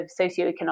socioeconomic